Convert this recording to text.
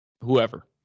whoever